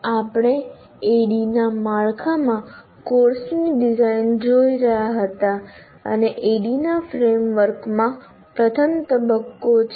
આપણે ADDIE ના માળખામાં કોર્સની ડિઝાઇન જોઈ રહ્યા હતા અને ADDIE ના ફ્રેમ વર્કમાં પ્રથમ તબક્કો છે